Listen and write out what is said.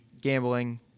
Gambling